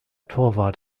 torwart